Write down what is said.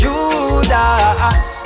Judas